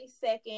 second